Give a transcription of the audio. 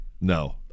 No